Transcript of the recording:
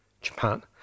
Japan